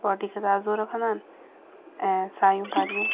body खे ताज़ो रखंदा आहिनि ऐं सायूं भाॼियूं